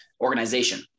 organization